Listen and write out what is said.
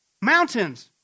mountains